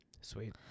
Sweet